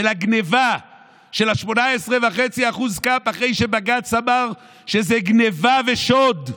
של הגנבה של ה-18.5% כאן אחרי שבג"ץ אמר שזו גנבה ושוד?